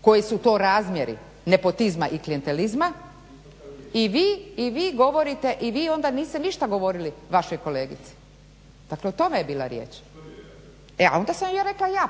koji su to razmjeri nepotizma i klijentelizma i vi onda niste ništa govorili vašoj kolegici. Dakle o tome je bila riječ. A onda sam ja rekla ja,